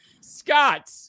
Scott